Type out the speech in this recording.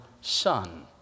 son